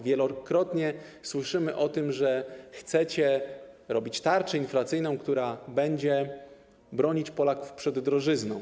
Wielokrotnie słyszymy o tym, że chcecie robić tarczę inflacyjną, która będzie bronić Polaków przed drożyzną.